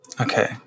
Okay